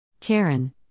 Karen